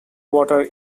water